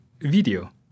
video